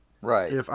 Right